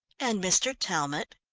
and mr. talmot.